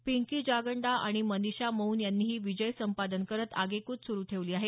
पिंकी जागंडा आणि मनिषा मौन यांनीही विजय संपादन करत आगेकूच सुरु ठेवली आहे